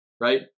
right